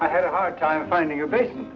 i had a hard time finding a basement